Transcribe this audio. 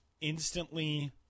instantly –